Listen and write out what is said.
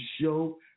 show